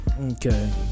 okay